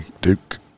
Duke